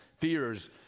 fears